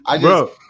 Bro